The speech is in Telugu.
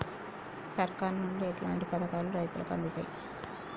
సర్కారు నుండి ఎట్లాంటి పథకాలు రైతులకి అందుతయ్?